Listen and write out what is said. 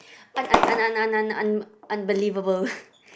un~ un~ un~ un~ un~ un~ unbelievable